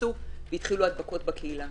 ונכנסו והתחילו הדבקות בקהילה.